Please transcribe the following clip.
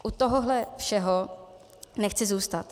U tohohle všeho nechci zůstat.